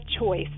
choice